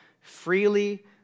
freely